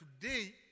today